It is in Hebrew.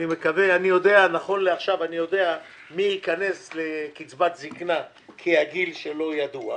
נכון לעכשיו אני יודע מי ייכנס לקצבת זקנה, אבל